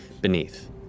beneath